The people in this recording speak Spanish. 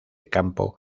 campo